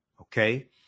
okay